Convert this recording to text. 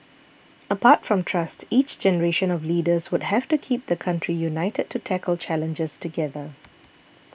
apart from trust each generation of leaders would have to keep the country united to tackle challenges together